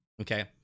Okay